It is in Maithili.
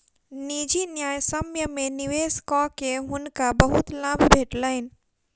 निजी न्यायसम्य में निवेश कअ के हुनका बहुत लाभ भेटलैन